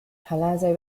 palazzo